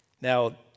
Now